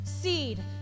seed